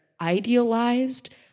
idealized